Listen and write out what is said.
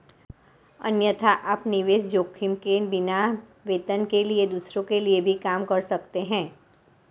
अन्यथा, आप निवेश जोखिम के बिना, वेतन के लिए दूसरों के लिए भी काम कर सकते हैं